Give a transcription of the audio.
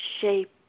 shape